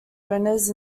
owners